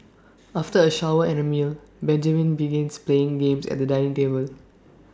after A shower and A meal Benjamin begins playing games at the dining table